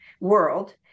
world